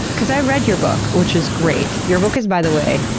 because i read your book, which is great. your book is, by the way,